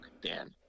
Dan